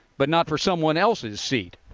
but not for someone else's seat.